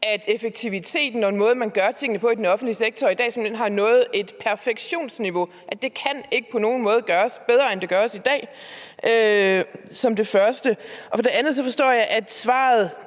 at effektiviteten og den måde, de gør tingene på i den offentlige sektor, i dag har nået et perfektionsniveau; det kan ikke på nogen måde gøres bedre, end det gøres i dag. Det er det første. For det andet forstår jeg, at svaret